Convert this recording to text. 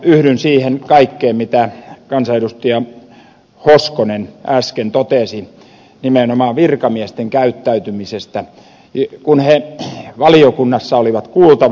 yhdyn siihen kaikkeen mitä kansanedustaja hoskonen äsken totesi nimenomaan virkamiesten käyttäytymisestä kun he valiokunnassa olivat kuultavina